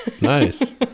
nice